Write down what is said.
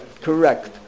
correct